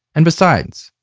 and besides,